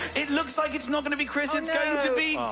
it looks like it's not going to be chris, it's going to be.